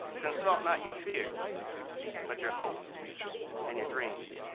consult not your fears but your hopes and your dreams.